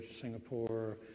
Singapore